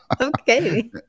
Okay